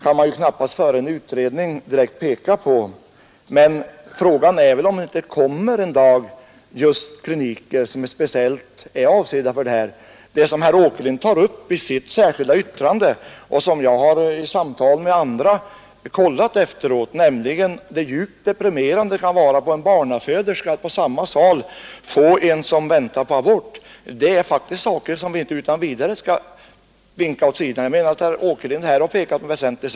Onsdagen den Herr talman! Framkomliga utvägar kan man knappast peka på innan 15 november 1972 en utredning har gjorts, men frågan är väl om det inte en dag kommer ——— =<kliniker som är speciellt avsedda för aborter. Vad herr Åkerlind tar upp i soon sitt särskilda yttrande och jag har kunnat kontrollera vid samtal efteråt är hur djupt deprimerande det kan vara för en barnaföderska att det på samma sal ligger en kvinna som väntar på abort. Det är faktiskt saker som vi inte utan vidare kan skjuta åt sidan. Jag tycker att herr Åkerlind här har pekat på något väsentligt.